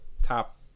top